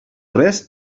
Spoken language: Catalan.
res